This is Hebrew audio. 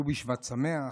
ט"ו בשבט שמח.